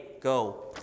Go